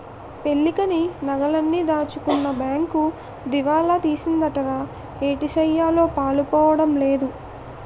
పెళ్ళికని నగలన్నీ దాచుకున్న బేంకు దివాలా తీసిందటరా ఏటిసెయ్యాలో పాలుపోడం లేదు